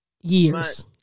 Years